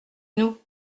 nous